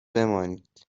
بمانید